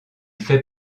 fait